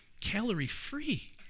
Calorie-free